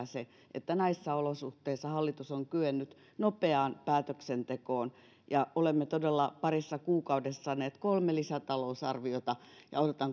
se että näissä olosuhteissa hallitus on kyennyt nopeaan päätöksentekoon olemme todella parissa kuukaudessa saaneet kolme lisätalousarviota ja odotan